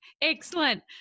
excellent